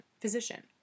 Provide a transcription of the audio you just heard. physician